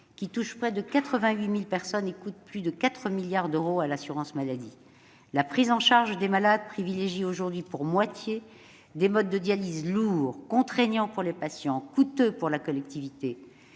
qui touche près de 88 000 personnes et coûte plus de 4 milliards d'euros à l'assurance maladie. La prise en charge des malades privilégie aujourd'hui pour moitié des modes de dialyse lourds, contraignants pour les patients et coûteux pour la collectivité.